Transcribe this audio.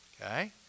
Okay